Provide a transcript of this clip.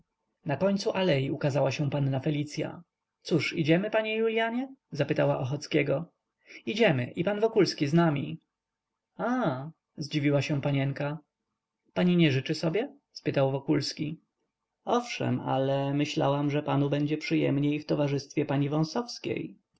na końcu alei ukazała się panna felicya cóż idziemy panie julianie zapytała ochockiego idziemy i pan wokulski z nami aaa zdziwiła się panienka pani nie życzy sobie spytał wokulski owszem ale myślałam że panu będzie przyjemniej w towarzystwie pani